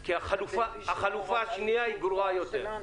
כי החלופה השנייה היא גרועה יותר.